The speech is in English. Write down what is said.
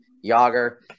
Yager